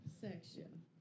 section